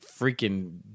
freaking